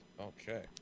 Okay